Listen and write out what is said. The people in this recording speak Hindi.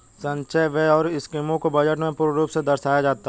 संचय व्यय और स्कीमों को बजट में पूर्ण रूप से दर्शाया जाता है